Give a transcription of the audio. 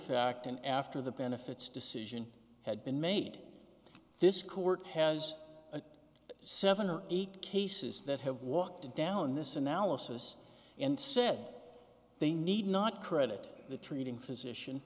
fact and after the benefits decision had been made this court has a seven or eight cases that have walked down this analysis and said they need not credit the treating physician